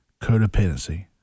codependency